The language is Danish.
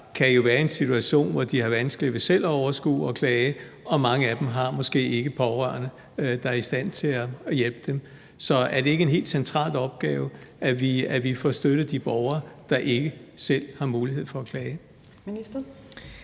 kan jo være i en situation, hvor de har vanskeligt ved selv at overskue at klage, og mange af dem har måske ikke pårørende, der er i stand til at hjælpe dem. Så er det ikke en helt central opgave, at vi får støttet de borgere, der ikke selv har mulighed for at klage?